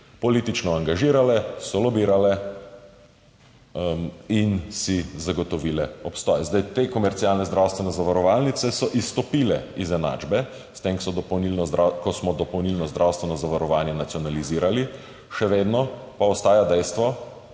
politično angažirale, so lobirale in si zagotovile obstoj. Te komercialne zdravstvene zavarovalnice so izstopile iz enačbe, s tem ko smo dopolnilno zdravstveno zavarovanje nacionalizirali, še vedno pa ostaja dejstvo,